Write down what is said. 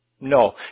No